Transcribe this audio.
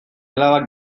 alabak